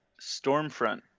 Stormfront